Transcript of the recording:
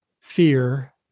fear